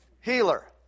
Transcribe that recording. Healer